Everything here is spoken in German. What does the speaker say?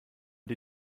die